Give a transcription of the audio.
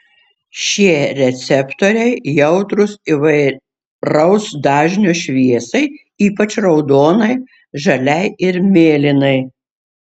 šie receptoriai jautrūs įvairaus dažnio šviesai ypač raudonai žaliai ir mėlynai